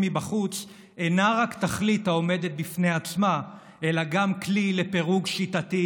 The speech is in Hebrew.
מבחוץ אינה רק תכלית העומדת בפני עצמה אלא גם כלי לפירוק שיטתי,